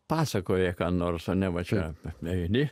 pasakoja ką nors ir neva čia nueini